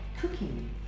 cooking